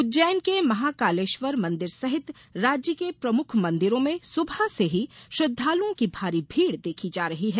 उज्जैन के महाकालेश्वर मंदिर सहित राज्य के प्रमुख मंदिरों में सुबह से ही श्रद्वालुओं की भारी भीड देखी जा रही है